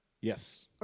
Yes